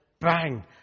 bang